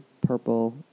purple